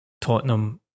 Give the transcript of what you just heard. Tottenham